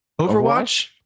Overwatch